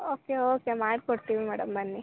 okay okay ಮಾಡ್ಕೊಡ್ತೀವಿ madam ಬನ್ನಿ